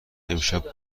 امشب